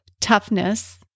toughness